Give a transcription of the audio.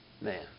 man